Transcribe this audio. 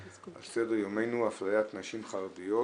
על סדר יומנו אפליית נשים חרדיות